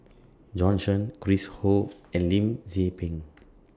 Bjorn Shen Chris Ho and Lim Tze Peng